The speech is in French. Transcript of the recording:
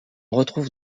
retrouve